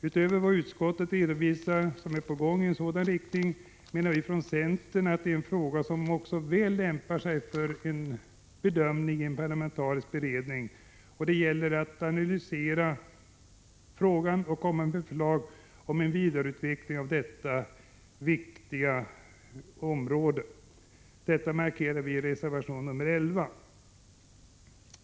Utöver vad utskottet redovisat av vad som är på gång i en sådan riktning menar vi från centern att också detta är en fråga som väl lämpar sig för bedömning i en parlamentarisk beredning. Det gäller att analysera frågan och komma med förslag om en vidareutveckling på detta viktiga område. Det markerar vi i reservation 11.